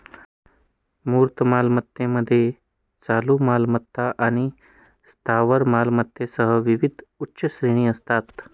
मूर्त मालमत्तेमध्ये चालू मालमत्ता आणि स्थावर मालमत्तेसह विविध उपश्रेणी असतात